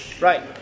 Right